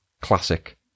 Classic